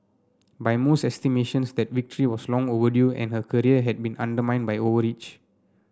by most estimations that victory was long overdue and her career had been undermined by overreach